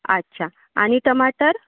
अच्छा आणि टमाटर